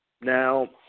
Now